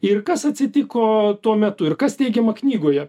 ir kas atsitiko tuo metu ir kas teigiama knygoje